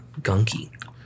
gunky